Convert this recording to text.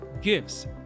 gifts